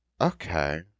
Okay